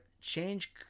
change